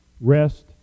Rest